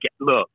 Look